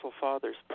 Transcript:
Father's